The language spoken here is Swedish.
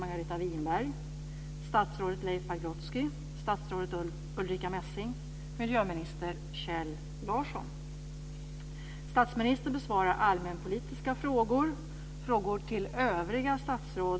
I dagens frågestund deltar följande statsråd: Frågor till övriga statsråd förutsätts beröra deras ansvarsområden inom regeringen. Vi börjar då med den inledande frågan.